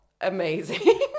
amazing